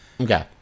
Okay